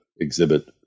exhibit